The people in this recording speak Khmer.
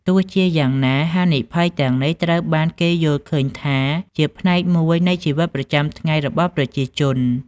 ទោះជាយ៉ាងណា ហានិភ័យទាំងនេះត្រូវបានគេយល់ឃើញថាជាផ្នែកមួយនៃជីវិតប្រចាំថ្ងៃរបស់ប្រជាជន។